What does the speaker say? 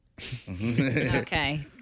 Okay